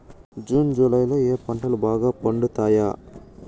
June July లో ఏ పంటలు బాగా పండుతాయా?